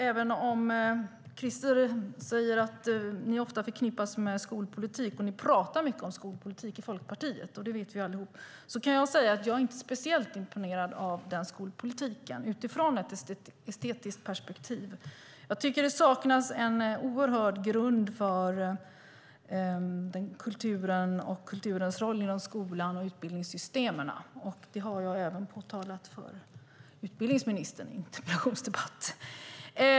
Även om Christer säger att de ofta förknippas med skolpolitik och att de pratar mycket om skolpolitik i Folkpartiet - det vet vi allihop - är jag inte speciellt imponerad av den skolpolitiken utifrån ett estetiskt perspektiv. Jag tycker att det saknas en viktig grund för kulturen och kulturens roll inom skolan och utbildningssystemen. Det har jag även påtalat för utbildningsministern i en interpellationsdebatt.